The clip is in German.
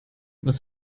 was